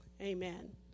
amen